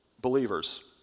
believers